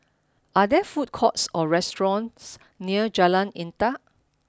are there food courts or restaurants near Jalan Intan